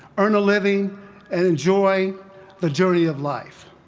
earn a living and enjoy the journey of life.